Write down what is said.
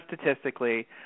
statistically